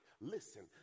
listen